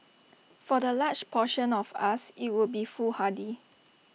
for the large portion of us IT would be foolhardy